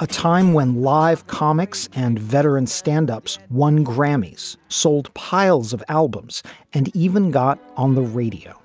a time when live comics and veteran standups won grammys, sold piles of albums and even got on the radio